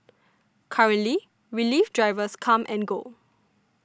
currently relief drivers come and go